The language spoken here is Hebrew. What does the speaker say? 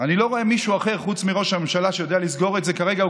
אני לא רואה מישהו אחר חוץ מראש הממשלה שיודע לסגור את זה כרגע.